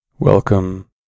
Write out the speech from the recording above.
Welcome